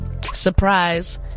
Surprise